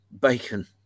Bacon